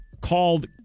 called